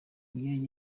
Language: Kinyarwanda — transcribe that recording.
iyo